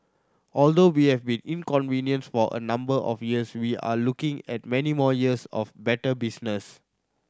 although we have been inconvenienced for a number of years we are looking at many more years of better business